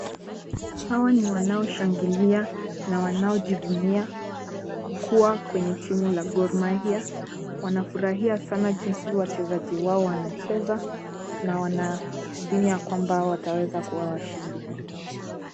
Hawa ni wanaoshangilia na wanaojivunia kuwa kwenye timu la Gor Mahia. Wanafuahia sana jinsi wachezaji wao wanacheza na wanaidhini ya kuwa wataweza kuwa washindi.